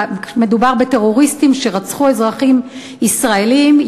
מדובר בטרוריסטים שרצחו אזרחים ישראלים,